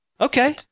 Okay